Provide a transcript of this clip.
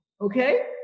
okay